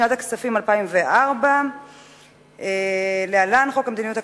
לשנת הכספים 2004, להלן: חוק המדיניות הכלכלית,